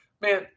Man